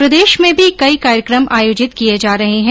प्रदेश में भी कई कार्यक्रम आयोजित किए जा रहे है